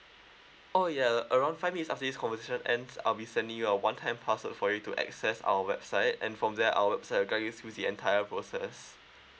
oh yeah around five minutes after this conversation ends I'll be sending you a one time password for you to access our website and from there our website will guide you through the entire process